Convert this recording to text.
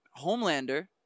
Homelander